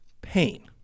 pain